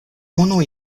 unu